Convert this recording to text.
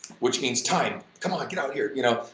which means time, come on! like get out here! you know,